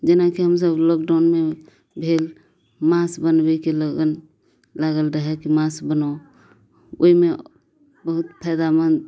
जेनाकि हमसब लॉकडाउनमे भेल मासु बनबैके लगन लागल रहय की मासु बनाउ ओहिमे बहुत फायदामंद